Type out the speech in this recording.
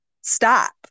stop